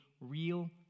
real